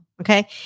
Okay